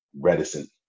reticent